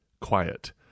quiet